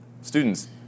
Students